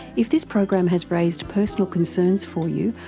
if this program has raised personal concerns for you,